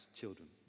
children